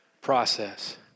process